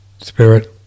Spirit